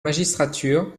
magistrature